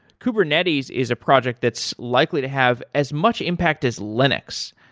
kubernetes is a project that's likely to have as much impact as linux.